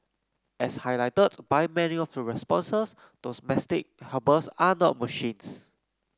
as highlighted by many of the responses domestic helpers are not machines